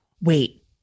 wait